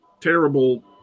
terrible